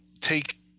take